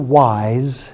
wise